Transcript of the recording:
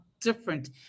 different